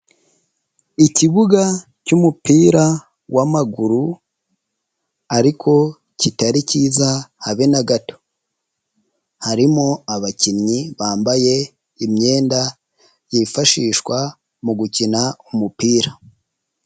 Ikibuga cy'umupira w'amaguru ariko kitari cyiza habe na gato, harimo abakinnyi bambaye imyenda yifashishwa mu gukina umupira.